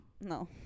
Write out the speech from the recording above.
No